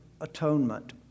atonement